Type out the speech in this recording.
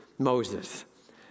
Moses